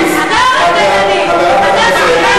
תפסיקו